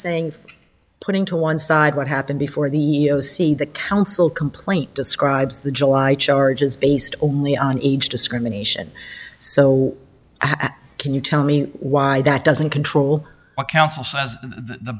saying putting to one side what happened before the see the counsel complaint describes the july charges based only on age discrimination so can you tell me why that doesn't control what coun